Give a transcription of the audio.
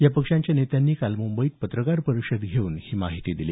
या पक्षांच्या नेत्यांनी काल मुंबईत पत्रकार परिषद घेऊन ही माहिती दिली